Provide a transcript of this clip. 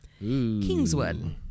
Kingswood